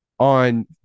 on